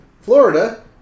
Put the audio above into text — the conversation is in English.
Florida